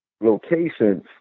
locations